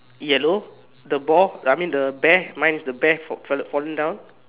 yellow the ball I mean the bear mine is the bear fal~ falling down